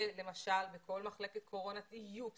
למשל שבכל מחלקת קורונה יהיו פסיכולוגים,